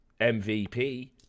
MVP